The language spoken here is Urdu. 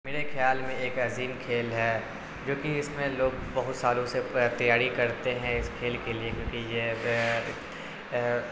میرے خیال میں ایک عظیم کھیل ہے جو کہ اس میں لوگ بہت سالوں سے تیاری کرتے ہیں اس کھیل کے لیے کیونکہ یہ